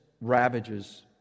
ravages